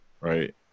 right